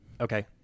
okay